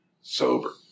Sober